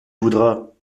voudras